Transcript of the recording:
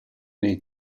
nei